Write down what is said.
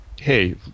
hey